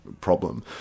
problem